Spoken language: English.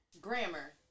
Grammar